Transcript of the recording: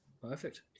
Perfect